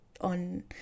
on